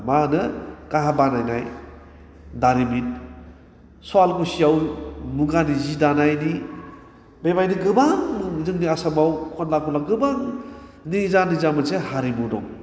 मा होनो काहा बानायनाय दारिमिन सवालखुसियाव मुगानि जि दानायनि बेबादि गोबां गुबुन गुबु जोंनि आसामाव खना खनला गोबां निजा निजा मोनसे हारिमु दं